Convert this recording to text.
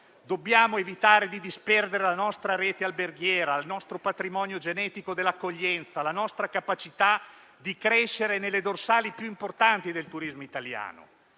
Dobbiamo evitare di disperdere la nostra rete alberghiera, il nostro patrimonio genetico dell'accoglienza, la nostra capacità di crescere nelle dorsali più importanti del turismo italiano.